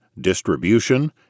distribution